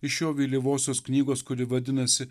iš jo vėlyvosios knygos kuri vadinasi